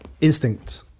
Instinct